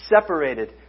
separated